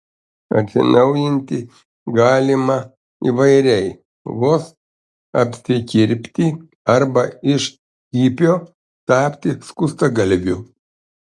atsinaujinti galima įvairiai vos apsikirpti arba iš hipio tapti skustagalviu